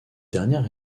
dernière